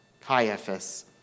Caiaphas